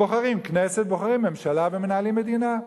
בוחרים כנסת, בוחרים ממשלה ומנהלים מדינה.